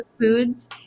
foods